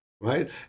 right